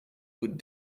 would